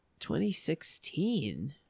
2016